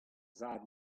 zad